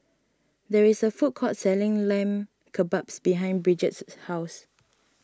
there is a food court selling Lamb Kebabs behind Bridget says house